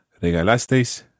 regalasteis